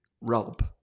rub